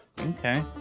Okay